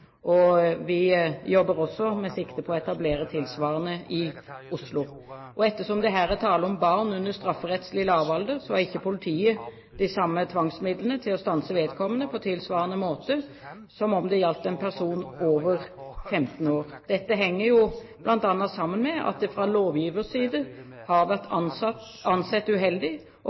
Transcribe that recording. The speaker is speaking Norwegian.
Vi jobber også med sikte på å etablere tilsvarende i Oslo. Ettersom det her er tale om barn under strafferettslig lavalder, har ikke politiet de samme tvangsmidlene til å stanse vedkommende på samme måte som når det gjelder personer over 15 år. Dette henger bl.a. sammen med at det fra lovgivers side har vært ansett som uheldig å pågripe og